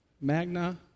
Magna